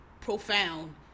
profound